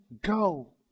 go